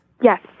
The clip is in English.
Yes